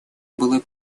было